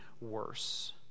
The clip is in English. worse